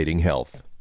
health